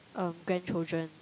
um grandchildren